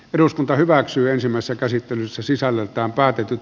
eduskunta hyväksyy samassa käsittelyssä sisällöltään päätetyt